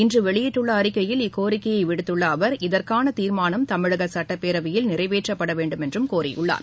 இன்று வெளியிட்டுள் அறிக்கையில் இக்கோரிக்கையை விடுத்துள்ள அவர் இதற்காள தீர்மானம் தமிழக சட்டப்பேரவையில் நிறைவேற்றப்பட வேண்டும் என்றும் கோரியுள்ளார்